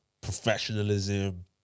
professionalism